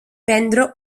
prendre